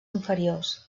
inferiors